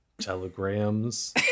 telegrams